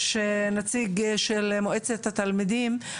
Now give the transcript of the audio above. יש נציג של מועצת התלמידים,